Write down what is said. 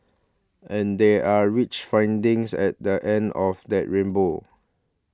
and there are rich findings at the end of that rainbow